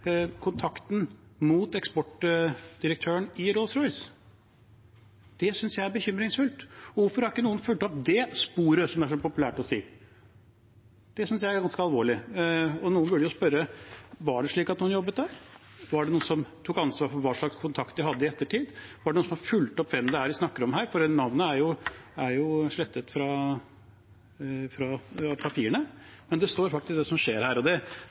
kontakten mot eksportdirektøren i Rolls-Royce. Det synes jeg er bekymringsfullt. Hvorfor har ikke noen fulgt opp det sporet, som det er så populært å si? Det synes jeg er ganske alvorlig. Og noen burde spørre: Var det slik at noen jobbet der? Var det noen som tok ansvar for hva slags kontakt de hadde i ettertid? Var det noen som fulgte opp hvem det er vi snakker om her? For navnet er jo slettet fra papirene. Men det står faktisk hva som skjer her, og det